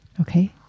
Okay